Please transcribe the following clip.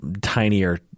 tinier